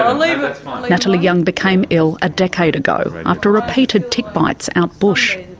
ah like natalie young became ill a decade ago after repeated tick bites out bush.